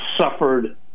suffered